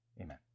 Amen